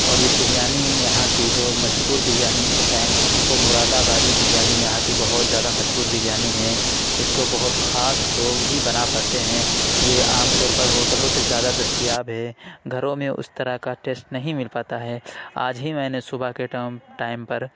اور یہ بریانی یہاں کی جو مشہور بریانی ہے اِس ٹائم وہ مُراد آبادی بریانی یہاں کی بہت زیادہ مشہور بریانی ہے اِس کو بہت خاص لوگ ہی بنا پاتے ہیں یہ عام طور پر ہوٹلوں پہ زیادہ دستیاب ہے گھروں میں اُس طرح کا ٹیسٹ نہیں مل پاتا ہے آج ہی میں نے صُبح کے ٹائم ٹائم پر